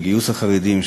גיוס החרדים,